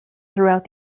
throughout